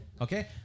okay